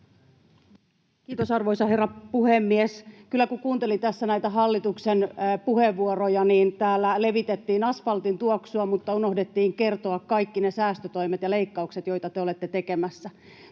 Kiitos, arvoisa herra puhemies! Kyllä kun kuunteli tässä näitä hallituksen puheenvuoroja, niin täällä levitettiin asfaltin tuoksua mutta unohdettiin kertoa kaikki ne säästötoimet ja leikkaukset, joita te olette tekemässä.